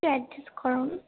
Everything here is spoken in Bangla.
অ্যাডজাস্ট করুন